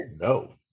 no